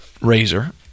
razor